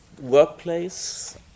Workplace